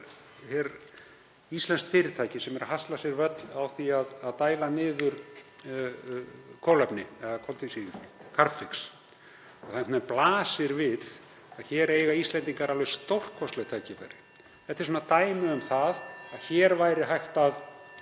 íslenskt fyrirtæki sem er að hasla sér völl í því að dæla niður kolefni eða koltvísýringi, Carbfix. Það blasir við að hér eiga Íslendingar alveg stórkostlegt tækifæri. Þetta er dæmi um að hér væri hægt að